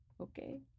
okay